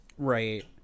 Right